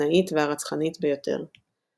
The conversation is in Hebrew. הקנאית והרצחנית ביותר.